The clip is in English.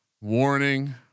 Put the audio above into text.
warning